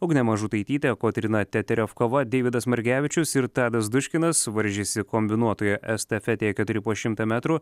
ugnė mažutaitytė kotryna teterevkova deividas margevičius ir tadas duškinas varžėsi kombinuotoje estafetėje keturi po šimtą metrų